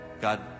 God